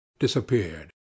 disappeared